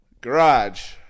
Garage